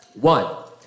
One